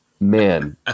Man